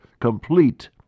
complete